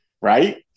Right